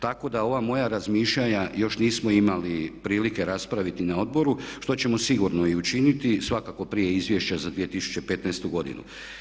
Tako da ova moja razmišljanja još nismo imali prilike raspraviti na odboru, što ćemo sigurno i učiniti, svakako prije Izvješća za 2015. godinu.